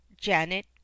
janet